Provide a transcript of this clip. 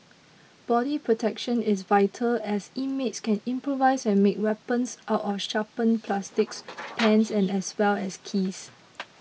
body protection is vital as inmates can improvise and make weapons out of sharpened plastics pens as well as keys